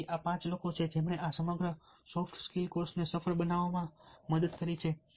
તેથી આ પાંચ લોકો છે જેમણે આ સમગ્ર સોફ્ટ સ્કિલ કોર્સને સફળ બનાવવામાં મદદ કરી છે